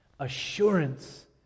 Assurance